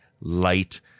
light